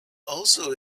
also